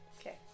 Okay